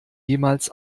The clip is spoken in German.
jemals